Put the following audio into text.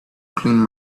cleaned